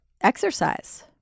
exercise